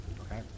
Okay